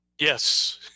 Yes